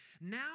Now